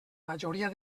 majoria